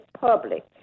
public